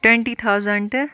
twenty thousand